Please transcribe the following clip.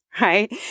right